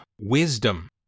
wisdom